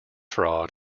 fraud